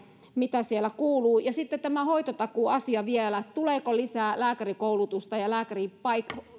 mitä sieltä kuuluu ja sitten tämä hoitotakuuasia vielä tuleeko lisää lääkärikoulutusta ja lääkärityöpaikkoja